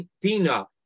Dina